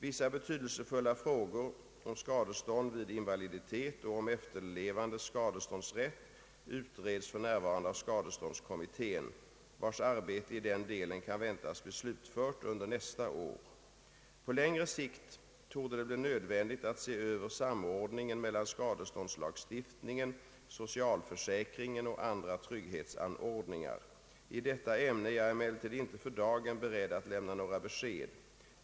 Vissa betydelsefulla frågor om skadestånd vid invaliditet och om efterlevandes skadeståndsrätt utreds f.n. av skadeståndskommittén, vars arbete i den delen kan väntas bli slutfört under nästa år. På längre sikt torde det bli nödvändigt att se över samordningen mellan skadeståndslagstiftningen, socialförsäkringen och andra trygghetsanordningar. I detta ämne är jag emellertid inte för dagen beredd att lämna några besked.